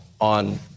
on